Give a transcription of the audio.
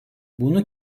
bunu